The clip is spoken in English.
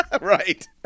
Right